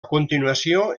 continuació